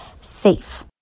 safe